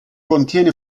contiene